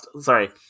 Sorry